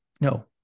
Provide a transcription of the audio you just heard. no